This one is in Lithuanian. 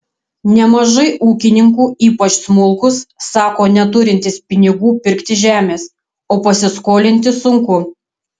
nemažai ūkininkų ypač smulkūs sako neturintys pinigų pirkti žemės o pasiskolinti sunku